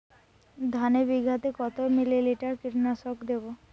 ধানে বিঘাতে কত মিলি লিটার কীটনাশক দেবো?